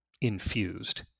infused